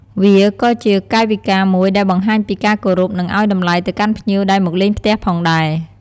វាក៏ជា កាយវិការមួយដែលបង្ហាញពីការគោរព និងឲ្យតម្លៃទៅកាន់ភ្ញៀវដែលមកលេងផ្ទះផងដែរ។